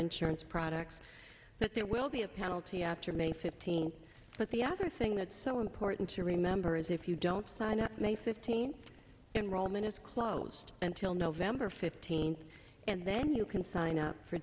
insurance products but there will be penalty after may fifteenth but the other thing that's so important to remember is if you don't sign up may fifteenth enrollment is closed until november fifteenth and then you can sign up for